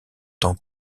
tant